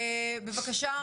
בבקשה,